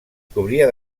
cobria